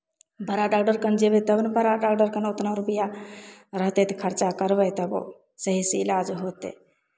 बड़ा डागदर कन जयबै तब ने बड़ा डागदर कन उतना रुपैआ रहतै तऽ खर्चा करबै तब सहीसँ इलाज होतै